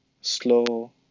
slow